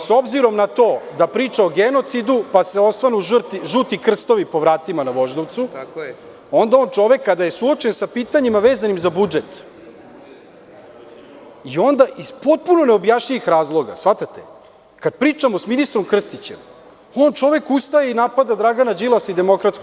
S obzirom na to da priča o genocidu, pa osvanu žuti krstovi po vratima na Voždovcu, onda on čovek, kada je suočen sa pitanjima vezanim za budžet, i onda iz potpuno neobjašnjivih razloga, kada pričamo sa ministrom Krstićem, on čovek ustaje i napada Dragana Đilasa i DS.